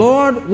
Lord